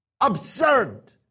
absurd